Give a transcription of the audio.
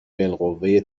بالقوه